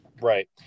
Right